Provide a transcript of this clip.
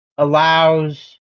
allows